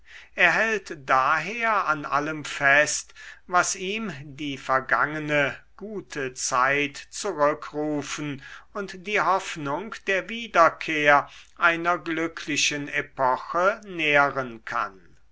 er hält daher an allem fest was ihm die vergangene gute zeit zurückrufen und die hoffnung der wiederkehr einer glücklichen epoche nähren kann